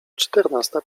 czternasta